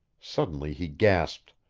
suddenly he gasped,